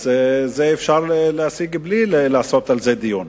אז את זה אפשר להשיג בלי לעשות על זה דיון.